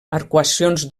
arcuacions